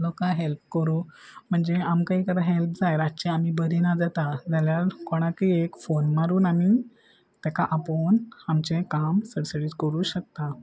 लोकां हॅल्प करूं म्हणजे आमकां एक आतां हेल्प जाय रातचे आमी बरी ना जाता जाल्यार कोणाकय एक फोन मारून आमी तीका आपोवन आमचे काम सडसडीत करूं शकता